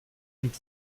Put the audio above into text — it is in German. und